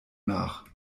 nach